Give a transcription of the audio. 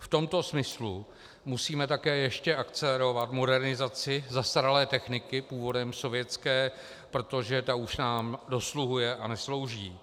V tomto smyslu musíme také ještě akcelerovat modernizaci zastaralé techniky, původem sovětské, protože ta už nám dosluhuje a neslouží.